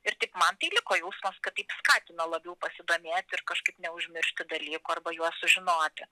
ir tik man liko jausmas kad taip skatina labiau pasidomėti ir kažkaip neužmiršti dalykų arba juos sužinoti